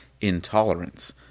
Intolerance